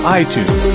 iTunes